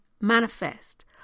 manifest